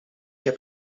heb